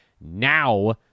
now